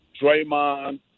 Draymond